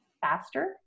faster